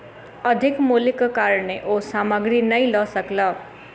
अधिक मूल्यक कारणेँ ओ सामग्री नै लअ सकला